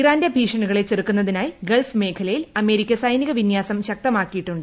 ഇറാന്റെ ഭീഷണികളെ ചെറുക്കുന്നതിനായി ഗൾഫ് മേഖലയിൽ അമേരിക്ക സൈനിക വിന്വാസം ശക്തമാക്കിയിട്ടുണ്ട്